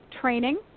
training